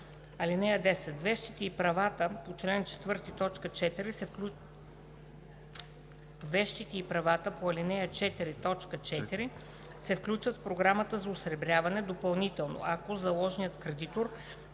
Вещите и правата по ал. 4, т. 4 се включват в програмата за осребряване допълнително, ако заложният кредитор